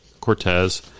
Cortez